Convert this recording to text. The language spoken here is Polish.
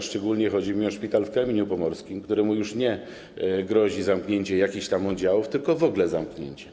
Szczególnie chodzi mi o szpital w Kamieniu Pomorskim, któremu grozi już nie zamknięcie jakichś tam oddziałów, tylko w ogóle zamknięcie.